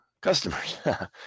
customers